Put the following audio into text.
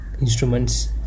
instruments